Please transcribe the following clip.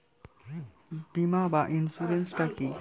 বিমা বা ইন্সুরেন্স টা কি?